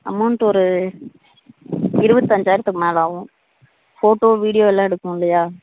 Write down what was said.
amount ஒரு இருபத்தஞ்சாயிரத்துக்கு மேலே ஆவும் போட்டோ வீடியோ எல்லாம் எடுக்கணும் இல்லையா